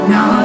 Now